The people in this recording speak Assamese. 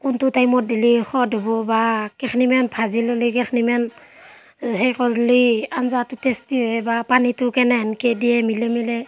কোনটো টাইমত দিলে সোৱাদ হ'ব বা কেইখিনিমান ভাজি ল'লে কেইখিনিমান সেই কৰিলে আঞ্জাটো টেষ্টি হয় বা পানীটো কেনে সেনেকৈ দিয়ে মিলাই মিলাই